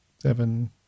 Seven